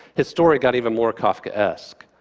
his story got even more kafkaesque.